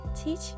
teach